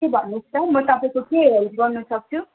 के भन्नु होस् त म तपाईँको के हेल्प गर्नु सक्छु